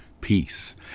peace